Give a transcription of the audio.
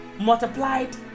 multiplied